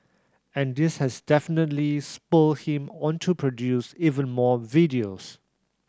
and this has definitely spurred him on to produce even more videos